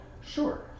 sure